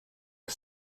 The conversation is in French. que